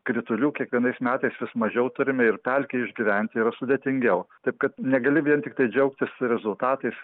kritulių kiekvienais metais vis mažiau turime ir pelkei išgyventi yra sudėtingiau taip kad negali vien tiktai džiaugtis rezultatais